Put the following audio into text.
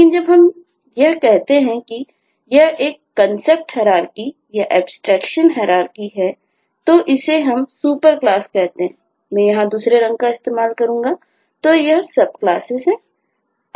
लेकिन जब हम यह कहते हैं तो यह एक कंसेप्ट हैरारकी तो यह सब क्लासेस है